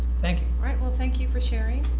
thank you. alright well thank you for sharing.